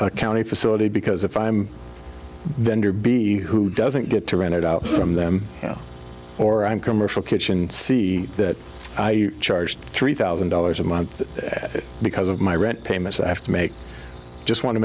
a county facility because if i am then to be who doesn't get to rent it out from them or on commercial kitchen see that i charged three thousand dollars a month because of my rent payments i have to make just wan